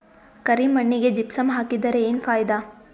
ಕರಿ ಮಣ್ಣಿಗೆ ಜಿಪ್ಸಮ್ ಹಾಕಿದರೆ ಏನ್ ಫಾಯಿದಾ?